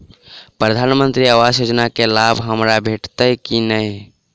प्रधानमंत्री आवास योजना केँ लाभ हमरा भेटतय की नहि?